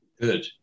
good